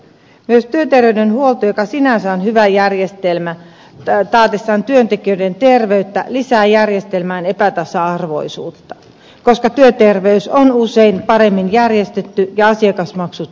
myös työterveyshuolto joka sinänsä on hyvä järjestelmä taatessaan työntekijöiden terveyttä lisää järjestelmän epätasa arvoisuutta koska työterveys on usein paremmin järjestetty ja asiakasmaksut vähäisempiä